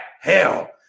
hell